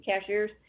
cashiers